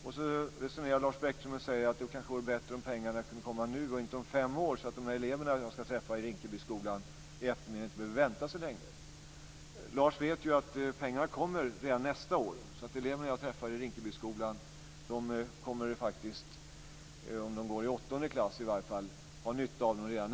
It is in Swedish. Sedan säger Lars Bäckström att det vore bättre om pengarna kunde komma nu och inte om fem år, så att de elever jag ska träffa i Rinkebyskolan i eftermiddag inte behöver vänta så länge. Lars Bäckström vet att pengarna kommer redan nästa år. De elever jag träffar i Rinkebyskolan kommer att ha nytta av dem redan nästa år, om de nu går i åttonde klass.